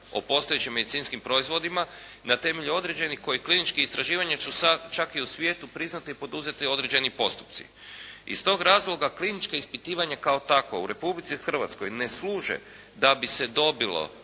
o postojećim medicinskim proizvodima i na temelju određenih kliničkih istraživanja što je čak i u svijetu priznato i poduzeti određeni postupci. Iz tog razloga klinička ispitivanja kao takva u Republici Hrvatskoj ne služe da bi se dobilo